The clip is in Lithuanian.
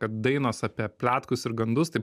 kad dainos apie pletkus ir gandus taip